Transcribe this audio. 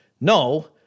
no